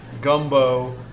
gumbo